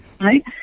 right